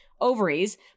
ovaries